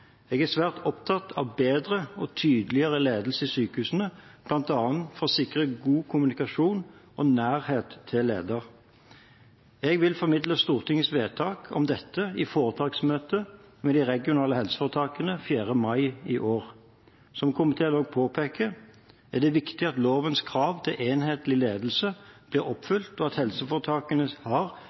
Jeg er svært opptatt av bedre og tydeligere ledelse i sykehusene, bl.a. for å sikre god kommunikasjon og nærhet til leder. Jeg vil formidle Stortingets vedtak om dette i foretaksmøtet med de regionale helseforetakene 4. mai i år. Som komiteen også påpeker, er det viktig at lovens krav til enhetlig ledelse blir oppfylt, og at helseforetakene har